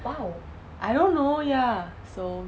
I don't know ya so